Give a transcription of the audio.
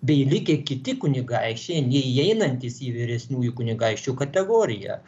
bei likę kiti kunigaikščiai neįeinantys į vyresniųjų kunigaikščių kategoriją